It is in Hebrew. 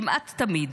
כמעט תמיד